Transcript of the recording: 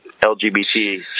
LGBT